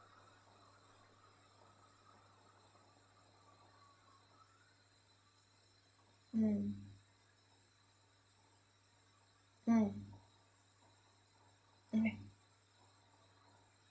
mm mm all right